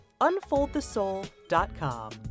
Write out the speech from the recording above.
unfoldthesoul.com